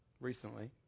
recently